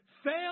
fail